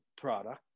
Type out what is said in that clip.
product